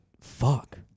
fuck